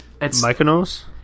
M-Y-K-O-N-O-S